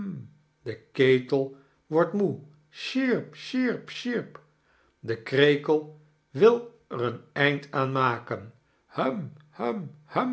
de ketel wordt moe sjierp sjierp sjierp de krekel wil er een eind aan maken